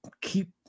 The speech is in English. keep